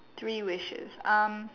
three wishes um